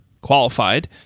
qualified